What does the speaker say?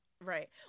Right